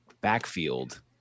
backfield